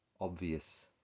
obvious